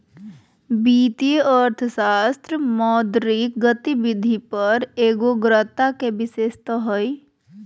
वित्तीय अर्थशास्त्र मौद्रिक गतिविधि पर एगोग्रता के विशेषता हइ